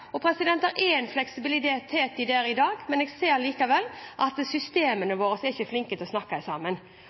er en fleksibilitet i dette i dag, men jeg ser likevel at systemene våre ikke er flinke til å snakke sammen.